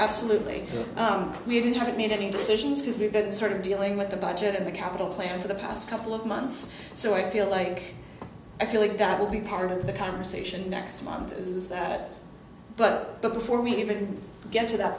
absolutely sure we haven't made any decisions because we've been sort of dealing with the budget of the capital plan for the past couple of months so i feel like i feel like that will be part of the conversation next month is that but the before we even get to that